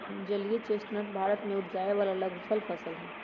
जलीय चेस्टनट भारत में उपजावे वाला लघुफल फसल हई